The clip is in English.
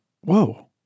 whoa